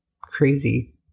Crazy